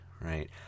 right